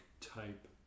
type